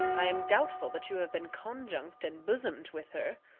i am doubtful that you have been conjunct and bosom'd with her,